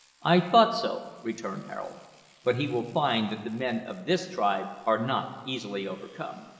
i thought so, returned harold but he will find that the men of this tribe are not easily overcome.